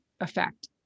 effect